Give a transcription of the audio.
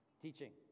teaching